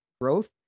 growth